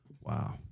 Wow